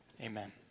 Amen